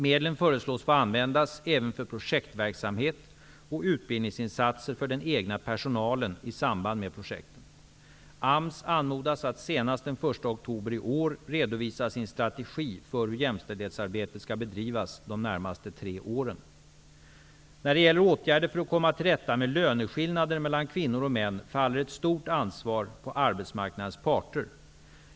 Medlen föreslås få användas även för projektverksamhet och utbildningsinsatser för den egna personalen i samband med projekten. AMS anmodas att senast den 1 oktober i år redovisa sin strategi för hur jämställdhetsarbetet skall bedrivas de närmaste tre åren. När det gäller åtgärder för att komma till rätta med löneskillnader mellan kvinnor och män faller ett stort ansvar på arbetsmarknadens parter.